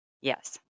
yes